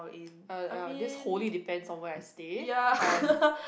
uh uh this wholly depend on where I stay on